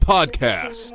Podcast